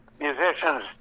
musicians